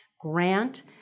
grant